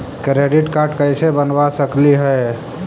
Credit card कैसे बनबा सकली हे?